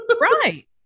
Right